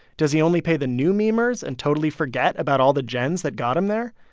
does he only pay the new memers and totally forget about all the gems that got him there?